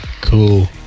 cool